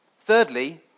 Thirdly